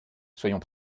soyons